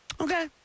okay